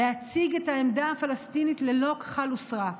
להציג את העמדה הפלסטינית ללא כחל וסרק.